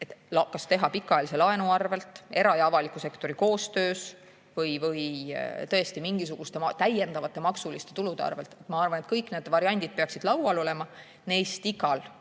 siis pikaajalise laenu abil, era‑ ja avaliku sektori koostöös või tõesti mingisuguste täiendavate maksuliste tulude abil, siis ma arvan, et kõik need variandid peaksid laual olema. Neist igal